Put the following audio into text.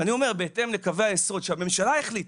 בהתאם לקווי היסוד שהממשלה החליטה,